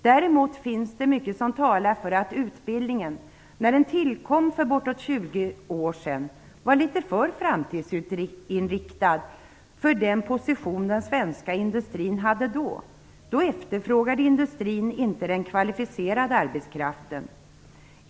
Däremot finns det mycket som talar för att utbildningen när den tillkom för bortåt 20 år sedan var litet för framtidsinriktad för den position den svenska industrin hade då. Då efterfrågade inte industrin den kvalificerade arbetskraften.